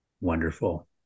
Wonderful